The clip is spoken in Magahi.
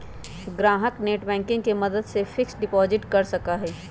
ग्राहक नेटबैंकिंग के मदद से फिक्स्ड डिपाजिट कर सका हई